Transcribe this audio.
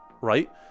right